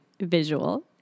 visual